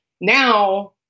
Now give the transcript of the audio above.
Now